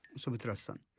sumitra's son.